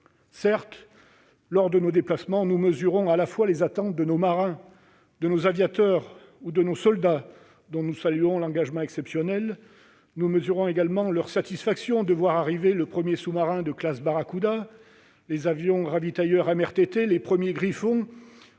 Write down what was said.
Lors de nos déplacements, nous mesurons les attentes de nos marins, de nos aviateurs et de nos soldats, dont nous saluons l'engagement exceptionnel ; nous mesurons également leur satisfaction de voir arriver le premier sous-marin de classe Barracuda, les avions ravitailleurs A330 MRTT (), les premiers Griffon